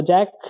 Jack